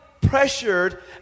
pressured